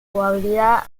jugabilidad